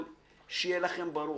שיהיה לכם ברור,